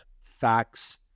Facts